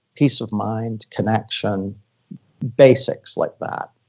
peace of mind, connection basics like that,